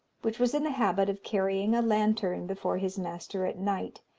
which was in the habit of carrying a lantern before his master at night,